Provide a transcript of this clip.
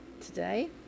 today